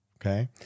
okay